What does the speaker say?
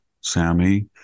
Sammy